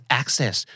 access